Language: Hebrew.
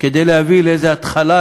כדי להביא להתחלת